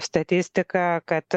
statistika kad